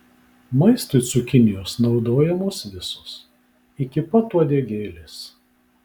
maistui cukinijos naudojamos visos iki pat uodegėlės